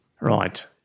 Right